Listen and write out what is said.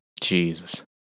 Jesus